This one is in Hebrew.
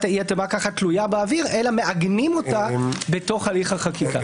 אי התאמה תלויה באוויר אלא מעגנים אותה בהליך החקיקה.